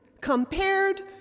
compared